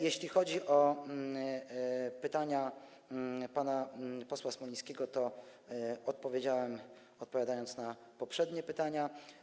Jeśli chodzi o pytania pana posła Smolińskiego, to odpowiedziałem na nie, odpowiadając na poprzednie pytania.